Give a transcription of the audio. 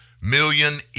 million